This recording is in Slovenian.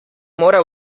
mora